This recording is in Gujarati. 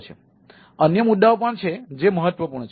તેથી અન્ય મુદ્દાઓ પણ છે જે મહત્વપૂર્ણ છે